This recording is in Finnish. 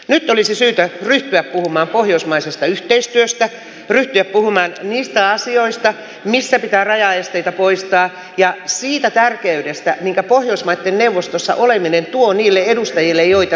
nyt olisi syytä ryhtyä puhumaan pohjoismaisesta yhteistyöstä ryhtyä puhumaan niistä asioista missä pitää rajaesteitä poistaa ja siitä tärkeydestä minkä pohjoismaitten neuvostossa oleminen tuo niille edustajille joita siellä on